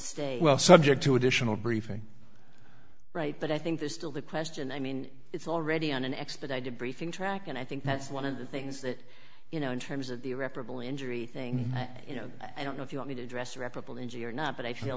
state well subject to additional briefing right but i think there's still the question i mean it's already on an expedited briefing track and i think that's one of the things that you know in terms of the irreparable injury thing you know i don't know if you want me to address reparable injury or not but i feel